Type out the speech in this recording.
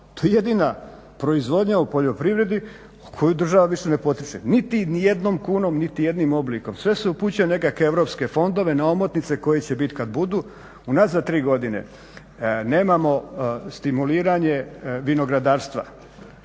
To je jedina proizvodnja u poljoprivredi koju država više ne potiče, niti jednom kunom, niti jednim oblikom. Sve se upućuje u nekakve Europske fondove, na omotnice koje će biti kad budu. Unazad tri godine nemamo stimuliranje vinogradarstva